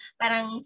parang